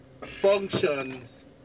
functions